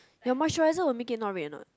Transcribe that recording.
your moisturizer will make it not red or not